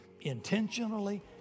intentionally